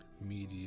Media